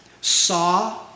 saw